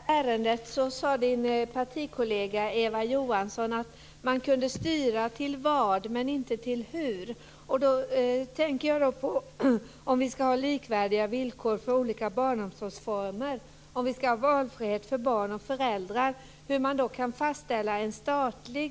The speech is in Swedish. Fru talman! I förra ärendet sade Agneta Lundbergs partikollega Eva Johansson att man kunde styra till vad men inte till hur. Jag tänker då på detta med om vi ska ha likvärdiga villkor för olika barnomsorgsformer, om vi ska ha valfrihet för barn och föräldrar. Hur blir det